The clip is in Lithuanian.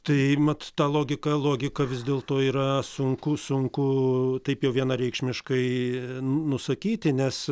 tai mat ta logika logika vis dėlto yra sunku sunku taip vienareikšmiškai nusakyti nes